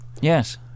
yes